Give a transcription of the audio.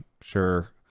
sure